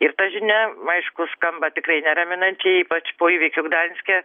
ir ta žinia aišku skamba tikrai neraminančiai ypač po įvykių gdanske